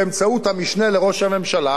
באמצעות המשנה לראש הממשלה,